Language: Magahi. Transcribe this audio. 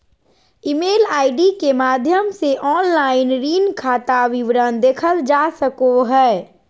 ईमेल आई.डी के माध्यम से ऑनलाइन ऋण खाता विवरण देखल जा सको हय